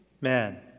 man